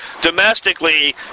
domestically